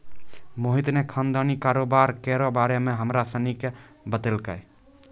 मोहित ने खानदानी कारोबार केरो बारे मे हमरा सनी के बतैलकै